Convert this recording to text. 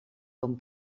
com